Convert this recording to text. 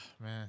man